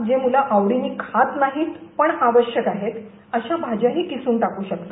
जे मूलं आवडीनी खात नाहीत पण आवश्यक आहेत अशा भाजाही किसून टाकून शकता